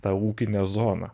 tą ūkinę zoną